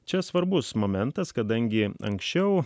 čia svarbus momentas kadangi anksčiau